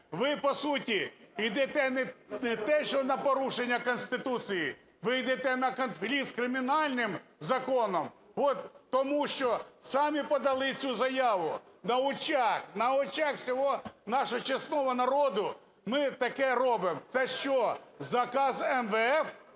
ви, по суті, йдете не те що на порушення Конституції - ви йдете на конфлікт з кримінальним законом. Тому що самі подали цю заяву, на очах, на очах всього нашого чесного народу ми таке робимо! Це що, заказ МВФ?